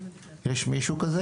יש מישהו כזה?